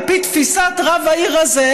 על פי תפיסת רב העיר הזה,